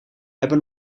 hebben